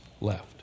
left